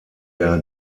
der